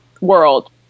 world